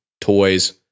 toys